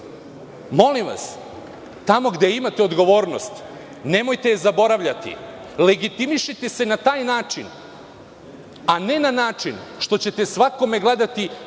Molim vas, tamo gde imate odgovornost, nemojte zaboravljati, legitimišite se na taj način, a ne na način što ćete svakome gledati